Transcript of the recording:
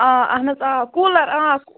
آ اہَن حظ آ کوٗلر